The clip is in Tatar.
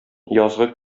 язгы